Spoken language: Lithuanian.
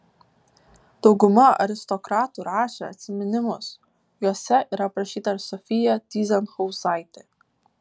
dauguma aristokratų rašė atsiminimus juose yra aprašyta ir sofija tyzenhauzaitė